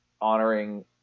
honoring